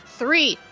three